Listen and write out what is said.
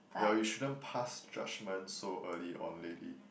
well you shouldn't pass judgement so early on lady